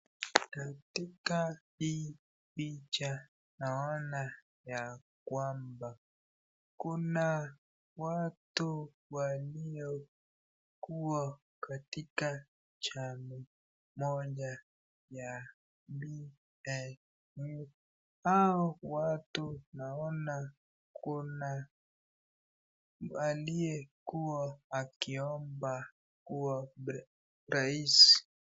Katika hii picha naona ya kwamba, kuna watu waliokuwa katika jami moja. Hao watu naona kuna aliyekuwa akiomba kuwa rais